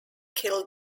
kill